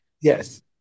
Yes